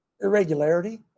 irregularity